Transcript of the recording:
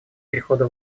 перехода